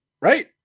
right